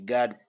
God